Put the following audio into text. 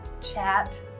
chat